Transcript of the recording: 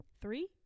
Three